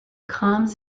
comes